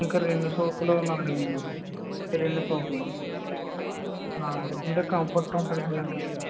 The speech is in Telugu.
ఇంకా రిన్ సోపులు నాలుగు ఇవ్వండి రిన్ సోపులు నాలుగు ఇంకా కంఫర్ట్ ఉంటుంది కదండీ